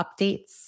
updates